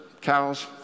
cows